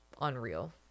unreal